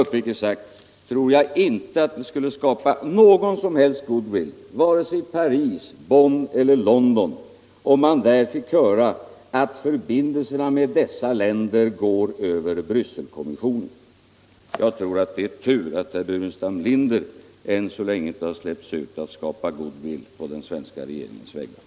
Uppriktigt sagt tror jag inte vi skulle skapa någon som helst goodwill vare sig i Paris, Bonn eller London om man där fick höra att förbindelserna med dessa länder går över Brysselkommissionen. Det är nog tur att herr Burenstam Linder än så länge inte släpps ut att skapa goodwill å den svenska regeringens vägnar.